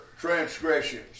transgressions